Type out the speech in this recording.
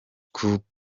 coup